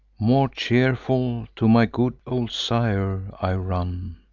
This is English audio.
more cheerful, to my good old sire i run,